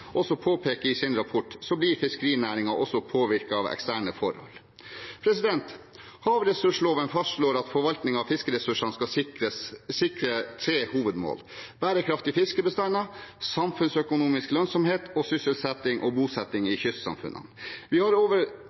også påpeker i sin rapport, blir fiskerinæringen også påvirket av eksterne forhold. Havressursloven fastslår at forvaltningen av fiskeressursene skal sikre tre hovedmål: bærekraftige fiskebestander samfunnsøkonomisk lønnsomhet sysselsetting og bosetting i kystsamfunnene Vi har over